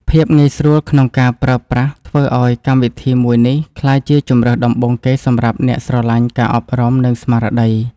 ភាពងាយស្រួលក្នុងការប្រើប្រាស់ធ្វើឱ្យកម្មវិធីមួយនេះក្លាយជាជម្រើសដំបូងគេសម្រាប់អ្នកស្រឡាញ់ការអប់រំចិត្ត និង ស្មារតី។